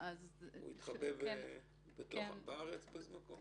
הוא התחבא בארץ באיזשהו מקום?